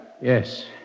Yes